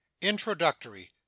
Introductory